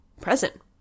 present